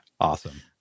Awesome